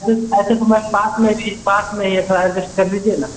ma'am ऐसे तो ma'am पास में भी पास में ही है थोड़ा एड्जेस्ट कर लीजिए ना